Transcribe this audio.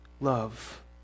love